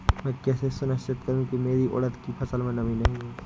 मैं कैसे सुनिश्चित करूँ की मेरी उड़द की फसल में नमी नहीं है?